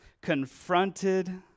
confronted